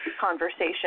conversation